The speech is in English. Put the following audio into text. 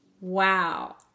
Wow